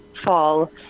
Fall